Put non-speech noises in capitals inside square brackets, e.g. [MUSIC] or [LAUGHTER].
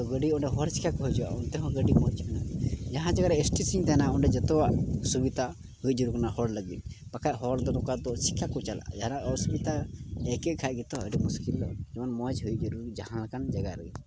ᱛᱳ ᱜᱟᱹᱰᱤ ᱚᱸᱰᱮ ᱦᱚᱲ ᱪᱮᱠᱟᱠᱚ ᱦᱤᱡᱩᱜᱼᱟ ᱚᱱᱛᱮ ᱦᱚᱸ ᱜᱟᱹᱰᱤ [UNINTELLIGIBLE] ᱡᱟᱦᱟᱸ ᱡᱟᱭᱜᱟ ᱨᱮ ᱥᱴᱮᱥᱚᱱ ᱛᱟᱦᱮᱱᱟ ᱚᱸᱰᱮ ᱡᱚᱛᱚᱣᱟᱜ ᱥᱩᱵᱤᱫᱷᱟ ᱦᱩᱭ ᱡᱟᱹᱨᱩᱲᱟ ᱦᱚᱲ ᱞᱟᱹᱜᱤᱫ ᱵᱟᱠᱷᱟᱡ ᱦᱚᱲ ᱫᱚ ᱱᱚᱝᱠᱟ ᱫᱚ ᱪᱤᱠᱟ ᱠᱚ ᱪᱟᱞᱟᱜᱼᱟ ᱡᱟᱦᱟᱱᱟᱜ ᱚᱥᱩᱵᱤᱫᱷᱟ ᱟᱹᱭᱠᱟᱹᱣ ᱠᱷᱟᱡ ᱜᱮᱛᱚ ᱟᱹᱰᱤ ᱢᱩᱥᱠᱤᱞ ᱫᱚ ᱡᱮᱢᱚᱱ ᱢᱚᱡᱽ ᱦᱩᱭ ᱡᱟᱹᱨᱩᱲ ᱡᱟᱦᱟᱸ ᱞᱮᱠᱟᱱ ᱡᱟᱭᱜᱟ ᱨᱮᱜᱮ